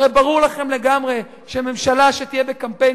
הרי ברור לכם לגמרי שממשלה שתהיה בקמפיין